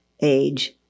age